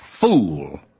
fool